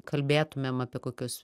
kalbėtumėm apie kokius